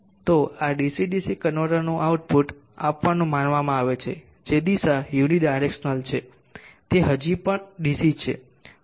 તો આ DC DC કન્વર્ટરનું આઉટપુટ આપવાનું માનવામાં આવે છે જે દિશા યુની ડાયરેક્સ્નાલ છે તે હજી પણ ડીસી છે